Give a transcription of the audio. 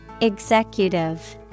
Executive